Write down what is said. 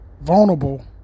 vulnerable